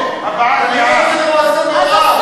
הבעת דעה,